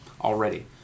already